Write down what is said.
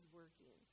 working